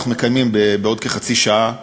בעוד כחצי שעה,